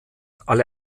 alle